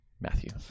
Matthew